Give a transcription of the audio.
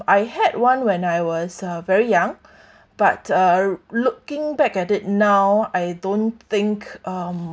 I had one when I was uh very young but uh looking back at it now I don't think um